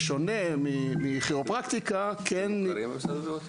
בשונה מכירופרקטיקה כן --- אתם מוכרים במשרד הבריאות?